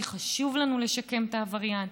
כי חשוב לנו לשקם את העבריין.